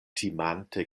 timante